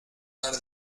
par